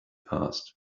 passed